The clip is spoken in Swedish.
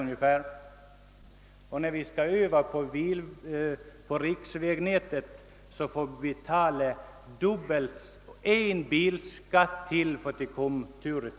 Men när vi skall över på riksvägnätet får vi betala ytterligare cirka en bilskatt för att komma fram och tillbaka.